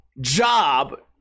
job